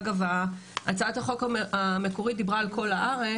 אגב הצעת החוק המקורית דיברה על כל הארץ,